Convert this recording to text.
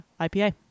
IPA